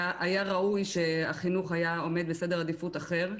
היה ראוי שהחינוך היה עומד בסדר עדיפות אחר,